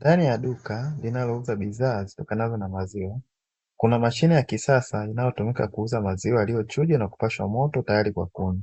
Ndani ya duka linalouza bidhaa zitokanazo na maziwa, kuna mashine ya kisasa inayotumika kuuza maziwa yaliyochujwa na kupashwa moto tayari kwa kunywa,